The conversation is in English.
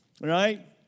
right